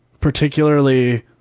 particularly